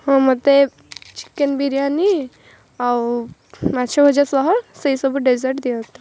ହଁ ମୋତେ ଚିକେନ୍ ବିରିୟାନୀ ଆଉ ମାଛ ଭଜା ସହ ମୋତେ ସେଇ ସବୁ ଡେଜର୍ଟ ଦିଅନ୍ତୁ